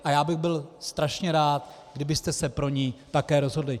A já bych byl strašně rád, kdybyste se pro ni také rozhodli.